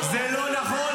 -- זה לא נכון.